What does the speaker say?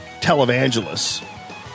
televangelists